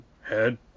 Head